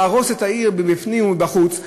להרוס את העיר מבפנים ומבחוץ,